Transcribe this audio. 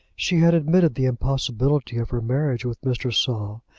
she had admitted the impossibility of her marriage with mr. saul,